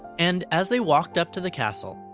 and, as they walked up to the castle,